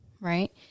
right